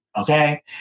Okay